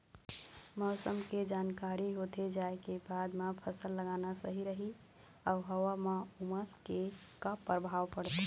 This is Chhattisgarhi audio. मौसम के जानकारी होथे जाए के बाद मा फसल लगाना सही रही अऊ हवा मा उमस के का परभाव पड़थे?